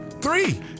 Three